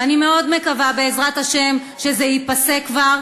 ואני מאוד מקווה שזה ייפסק כבר,